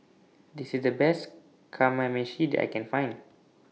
This IS The Best Kamameshi that I Can Find